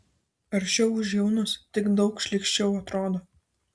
aršiau už jaunus tik daug šlykščiau atrodo